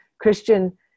Christian